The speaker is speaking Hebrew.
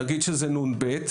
נגיד שזה נ.ב,